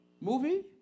movie